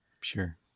Sure